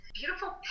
beautiful